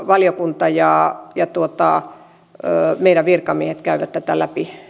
valiokunta ja ja meidän virkamiehemme käyvät tätä läpi